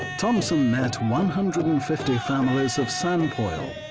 thompson met one hundred and fifty families of sanpoil.